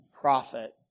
prophet